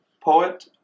poet